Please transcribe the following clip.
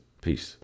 peace